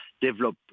develop